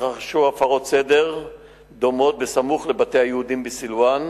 התרחשו הפרות סדר דומות סמוך לבתי היהודים בסילואן,